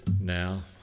now